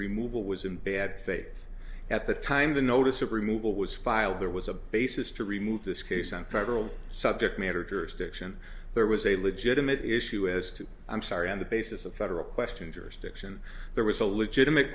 removal was in bad faith at the time the notice of removal was filed there was a basis to remove this case and federal subject matter jurisdiction there was a legitimate issue as to i'm sorry on the basis of federal question jurisdiction there was a legitimate